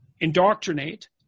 indoctrinate